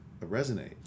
resonate